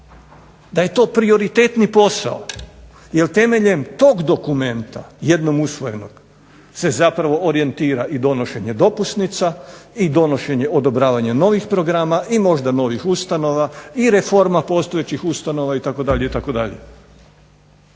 da je to prioritetni posao. Jer temeljem tog dokumenta jednog usvojenog se zapravo orijentira i donošenje dopusnica i donošenje odobravanja novih programa i možda novih ustanova i reforma postojećih ustanova itd.,